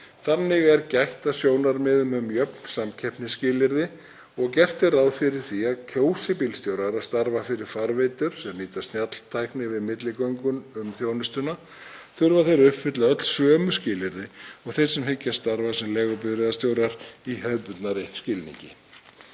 Þannig er gætt að sjónarmiðum um jöfn samkeppnisskilyrði og gert er ráð fyrir því að kjósi bílstjórar að starfa fyrir farveitur sem nýta snjalltækni við milligöngu um þjónustuna þurfi þeir að uppfylla öll sömu skilyrði og þeir sem hyggjast starfa sem leigubifreiðastjórar í hefðbundnari skilningi.